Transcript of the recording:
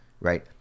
right